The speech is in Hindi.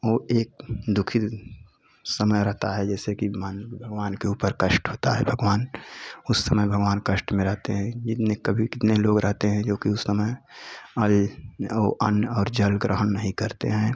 वह एक दुखी समय रहता है जैसे कि मान भगवान के ऊपर कष्ट होता है भगवान उस समय भगवान कष्ट में रहते हैं जितने कभी कितने लोग रहेते हैं जो कि उस समय अरे ओ अन्न और जल ग्रहण नहीं करते हैं